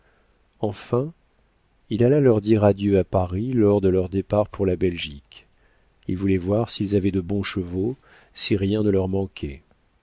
enfin il alla leur dire adieu à paris lors de leur départ pour la belgique il voulait voir s'ils avaient de bons chevaux si rien ne leur manquait